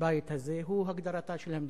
הבית הזה הוא הגדרתה של המדינה.